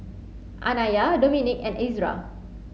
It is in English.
Anaya Dominik and Ezra